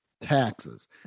taxes